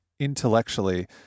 intellectually